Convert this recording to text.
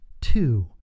two